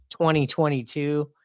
2022